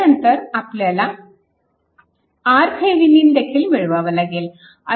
त्यानंतर आपल्याला RThevenin देखील मिळवावा लागेल